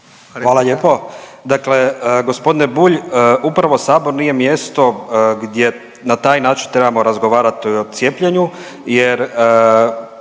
Hvala lijepo. Dakle gospodine Bulj upravo sabor nije mjesto gdje na taj način trebamo razgovarat o cijepljenju